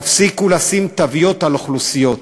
תפסיקו לשים תוויות על אוכלוסיות,